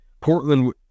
Portland